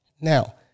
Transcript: Now